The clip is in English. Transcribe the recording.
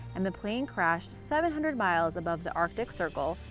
and the plane crashed seven hundred miles above the arctic circle,